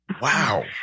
Wow